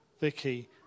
Vicky